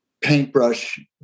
paintbrush